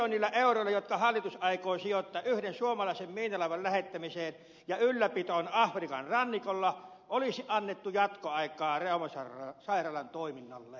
niillä miljoonilla euroilla jotka hallitus aikoo sijoittaa yhden suomalaisen miinalaivan lähettämiseen ja ylläpitoon afrikan rannikolla olisi annettu jatkoaikaa reumasairaalan toiminnalle